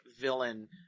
villain